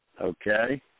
Okay